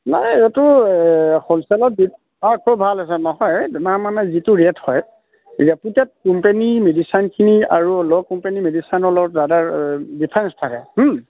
নাই এইটো হ'লছেলত reputed company মেডিচিনখিনি আৰু কোম্পানী মেডিচাইন অলপ দাদা ডিফাৰেঞ্চ থাকে